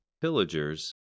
Pillagers